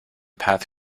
path